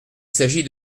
s’agit